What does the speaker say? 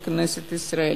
בכנסת ישראל.